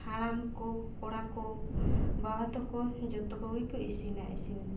ᱦᱟᱲᱟᱢ ᱠᱚ ᱠᱚᱲᱟ ᱠᱚ ᱵᱟᱵᱟ ᱛᱟᱠᱚ ᱡᱚᱛᱚ ᱠᱚᱜᱮ ᱠᱚ ᱤᱥᱤᱱᱟ ᱤᱥᱤᱱ